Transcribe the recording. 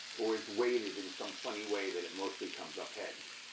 or is weighted in some funny way that it mostly comes up heads.